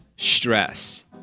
stress